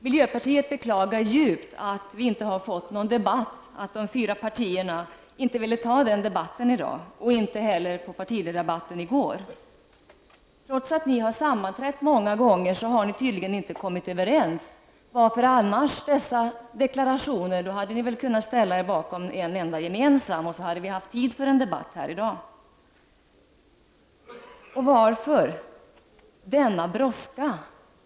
Miljöpartiet beklagar djupt att vi inte har fått någon debatt och att de fyra partier som står bakom detta inte vill föra denna debatt i dag och att de inte heller i går under partiledardebatten ville diskutera detta. Trots att ni har sammanträtt många gånger har ni tydligen inte kommit överens. Varför måste man annars ha alla dessa deklarationer? I så fall hade ni väl kunnat ställa er bakom en enda gemensam, och då hade vi haft tid för en debatt här i dag. Och varför denna brådska?